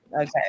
okay